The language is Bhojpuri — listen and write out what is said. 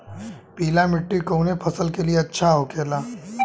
पीला मिट्टी कोने फसल के लिए अच्छा होखे ला?